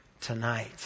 tonight